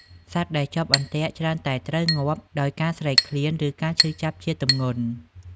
សត្វដែលជាប់អន្ទាក់ច្រើនតែត្រូវងាប់ដោយការស្រេកឃ្លាន ឬការឈឺចាប់ជាទម្ងន់។